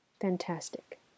Fantastic